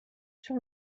sur